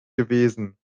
gewesen